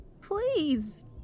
Please